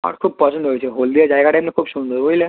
আমার খুব পছন্দ হয়েছে হলদিয়া জায়গাটা কিন্তু খুব সুন্দর বুঝলে